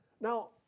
Now